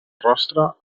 rostre